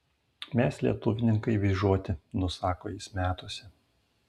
mes lietuvninkai vyžoti nusako jis metuose